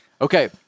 Okay